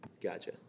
Gotcha